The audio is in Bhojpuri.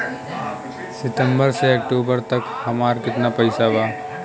सितंबर से अक्टूबर तक हमार कितना पैसा बा?